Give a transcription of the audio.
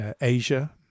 Asia